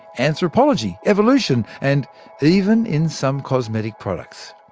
anthropology, evolution and even in some cosmetic products.